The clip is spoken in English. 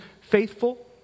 faithful